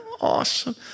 Awesome